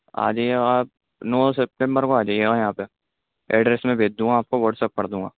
آ جائیے گا آپ نو سپتمبر کو آ جائیے گا یہاں پہ ایڈریس میں بھیج دوں گا آپ کو واٹس اپ کر دوں گا